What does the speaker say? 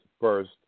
first